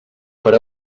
per